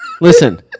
Listen